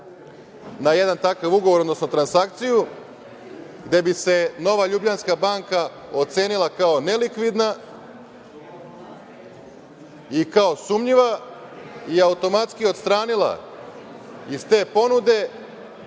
na jedan takav ugovor, odnosno transakciju, gde bi se „Nova Ljubljanska banka“ ocenila kao nelikvidna i kao sumnjiva i automatski odstranila iz te ponude,